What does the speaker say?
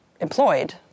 employed